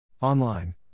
Online